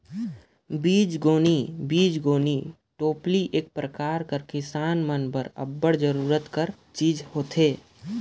बीजगोनी बीजगोनी टोपली एक परकार कर किसान मन बर अब्बड़ जरूरत कर चीज होथे